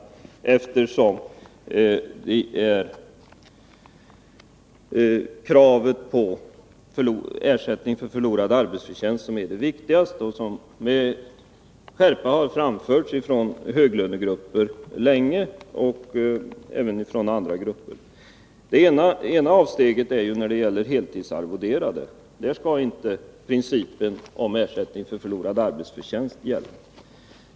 Det är ju kravet på ersättning för förlorad arbetsförtjänst som är det viktiga, ett krav som med skärpa länge har framförts både från höglönegrupper och andra grupper. Ett avsteg görs när det gäller heltidsarvoderade. Där skall inte principerna om ersättning för förlorad arbetsförtjänst gälla.